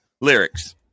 lyrics